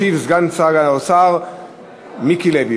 ישיב סגן שר האוצר מיקי לוי.